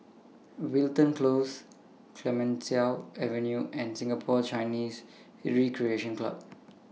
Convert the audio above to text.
Wilton Close Clemenceau Avenue and Singapore Chinese Recreation Club